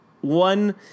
one